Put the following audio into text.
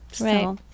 right